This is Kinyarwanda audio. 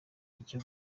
icyo